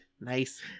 Nice